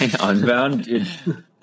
Unbound